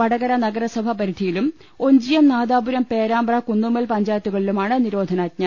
വടകര നഗരസഭ പരിധിയിലും ഒഞ്ചിയം നാദാപുരം പേരാമ്പ്ര കുന്നുമ്മൽ പഞ്ചായ ത്തുകളിലുമാണ് നിരോധനാജ്ഞ